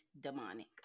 demonic